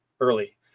early